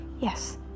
Yes